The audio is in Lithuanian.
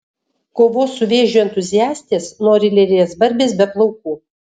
kovos su vėžiu entuziastės nori lėlės barbės be plaukų